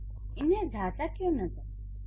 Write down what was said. फ़िर इन्हें जाँचा क्यों न जाए